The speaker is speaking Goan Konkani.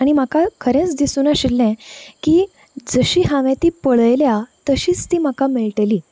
आनी म्हाका खरेंच दिसूंक नाशिल्लें की जशी हांवे ती पळयल्या तशीच ती म्हाका मेळटली